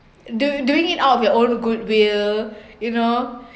do doing it out of your own goodwill you know